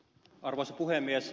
arvoisa puhemies